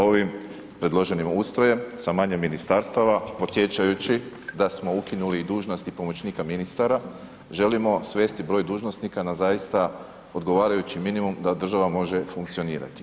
Ovim predloženim ustrojem sa manje ministarstva podsjećajući da smo ukinuli i dužnosti pomoćnika ministara, želimo svesti broj dužnosnika na zaista odgovarajući minimum da država može funkcionirati.